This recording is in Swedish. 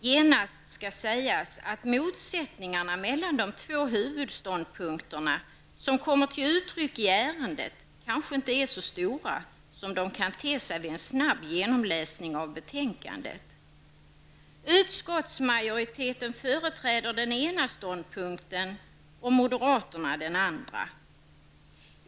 Genast skall sägas att motsättningarna mellan de två huvudståndpunkterna som kommer till uttryck i ärendet kanske inte är så stora som de kan te sig vid en snabb genomläsning av betänkandet. Utskottsmajoriteten företräder den ena ståndpunkten och moderaterna den andra.